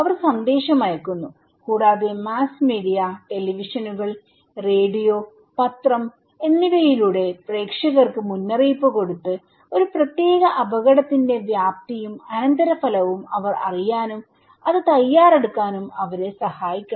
അവർ സന്ദേശം അയയ്ക്കുന്നു കൂടാതെ മാസ് മീഡിയ ടെലിവിഷനുകൾ റേഡിയോ പത്രം എന്നിവയിലൂടെ പ്രേക്ഷകർക്ക് മുന്നറിയിപ്പ് കൊടുത്ത് ഒരു പ്രത്യേക അപകടത്തിന്റെ വ്യാപ്തിയും അനന്തരഫലവും അവർ അറിയാനും അതിന് തയ്യാറെടുക്കാനും അവരെ സഹായിക്കണം